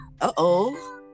Uh-oh